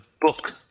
book